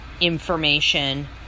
information